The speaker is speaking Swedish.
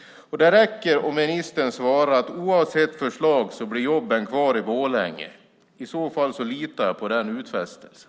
Det räcker om ministern svarar att jobben blir kvar i Borlänge oavsett förslag. I så fall litar jag på den utfästelsen.